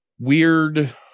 weird